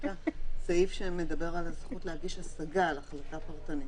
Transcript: סעיף שמדבר על הזכות להגיש השגה על החלטה פרטנית.